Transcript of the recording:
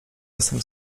jestem